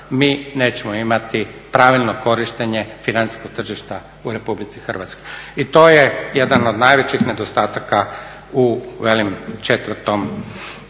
mi nećemo imati pravilno korištenje financijskog tržišta u RH i to je jedan od najvećih nedostataka u 4 dijelu